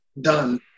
done